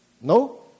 No